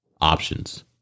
options